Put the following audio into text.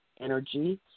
energy